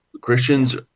Christians